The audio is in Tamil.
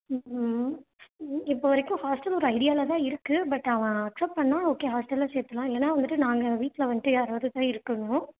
இப்போ வரைக்கும் ஹாஸ்டல் ஒரு ஐடியாவில தான் இருக்கு பட் அவன் அக்செப்ட் பண்ணால் ஓகே ஹாஸ்டெலில் சேர்த்துட்லாம் இல்லைன்னா வந்துவிட்டு நாங்கள் வீட்டில் வந்துவிட்டு யாராவது தான் இருக்கணும்